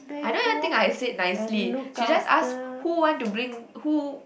I don't even think I said nicely she just ask who want to bring who